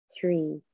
three